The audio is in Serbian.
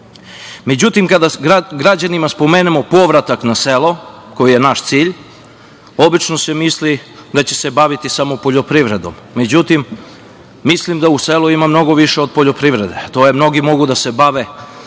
Srbije.Međutim, kada se građanima spomenemo povratak na selo, koji je naš cilj, obično se misli da će se baviti samo poljoprivredom. Međutim, mislim da u selu ima mnogo više od poljoprivrede, a to je da mnogi mogu da se bave